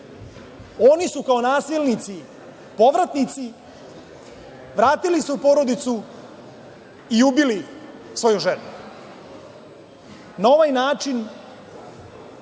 Oni su kao nasilnici povratnici, vratili se u porodicu i ubili svoju ženu. Na ovaj način